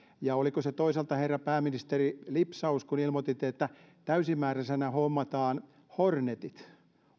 ja oliko se toisaalta herra pääministeri lipsaus kun ilmoititte että täysimääräisenä hommataan hornetit